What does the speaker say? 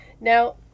now